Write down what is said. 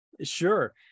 Sure